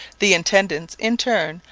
the intendants, in turn,